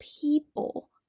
people